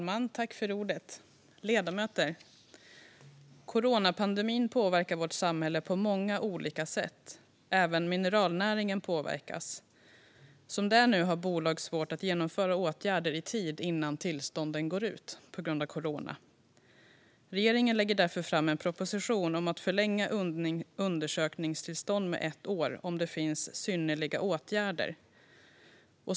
Fru talman och ledamöter! Coronapandemin påverkar vårt samhälle på många olika sätt. Även mineralnäringen påverkas. Som det är nu har bolag på grund av corona svårt att genomföra åtgärder i tid innan tillstånden går ut. Regeringen lägger därför fram en proposition om att förlänga undersökningstillstånd med ett år om det finns synnerliga skäl.